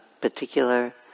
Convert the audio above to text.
particular